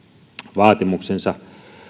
vaatimuksensa